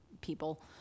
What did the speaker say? people